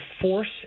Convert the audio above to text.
force